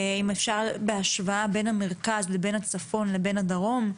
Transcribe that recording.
אם אפשר בהשוואה בין המרכז לבין הצפון לבין הדרום,